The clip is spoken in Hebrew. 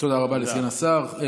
תודה רבה לסגן השר.